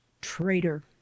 Traitor